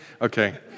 okay